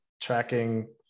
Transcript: tracking